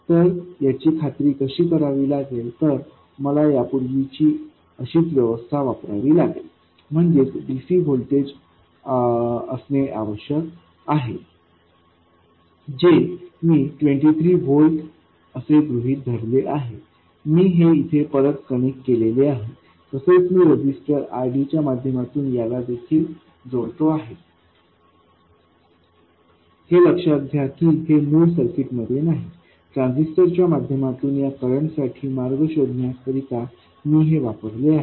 तर याची खात्री कशी करावी लागेल तर मला यापूर्वीची अशीच व्यवस्था वापरावी लागेल म्हणजेच dc व्होल्टेज असणे आवश्यक आहे जे मी 23 व्होल्ट असे गृहीत धरले आहे मी हे येथे परत कनेक्ट केलेले आहे तसेच मी रेझिस्टर RDच्या माध्यमातून याला देखील जोडतो आहे हे लक्षात घ्या की हे मूळ सर्किटमध्ये नाही ट्रान्झिस्टर च्या माध्यमातून या करंट साठी मार्ग शोधण्याकरिता मी हे वापरले आहे